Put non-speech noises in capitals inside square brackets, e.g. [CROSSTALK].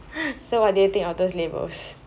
[LAUGHS] so what do you think of those labels